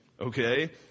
okay